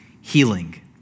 healing